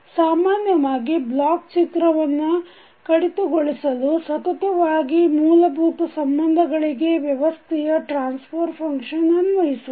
ಸಾಮಾನ್ಯವಾಗಿ ಬ್ಲಾಕ್ ಚಿತ್ರವನ್ನು ಖಡಿತಗೊಳಿಸಲು ಸತತವಾಗಿ ಮೂಲಭೂತ ಸಂಬಂಧಗಳಿಗೆ ವ್ಯವಸ್ಥೆಯ ಟ್ರಾನ್ಸ್ಫರ್ ಪಂಕ್ಷನ್ ಅನ್ವಯಿಸುವುದು